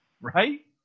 right